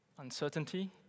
Uncertainty